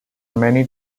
many